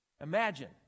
Imagine